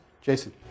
Jason